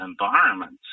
environments